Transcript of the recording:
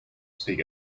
speak